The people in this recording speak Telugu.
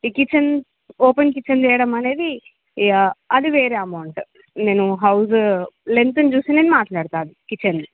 ఈ కిచెన్ ఓపెన్ కిచెన్ చేయడం అనేది అది వేరే అమౌంట్ నేను హౌజు లెంగ్త్ని చూసి నేము మాట్లాడతాను కిచెన్ది